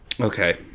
okay